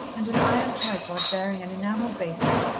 and an iron tripod bearing an enamel basin,